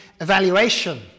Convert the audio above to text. evaluation